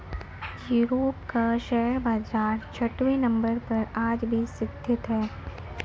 Europe का share बाजार छठवें नम्बर पर आज भी स्थित है